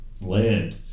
land